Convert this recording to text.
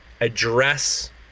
address